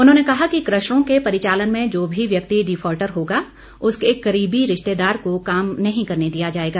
उन्होंने कहा कि क्रशरों के परिचालन में जो भी व्यक्ति डिफाल्टर होगा उसके करीबी रिश्तेदार को काम नहीं करने दिया जाएगा